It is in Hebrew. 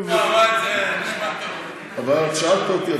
אני, זה נשמע, אבל שאלת אותי.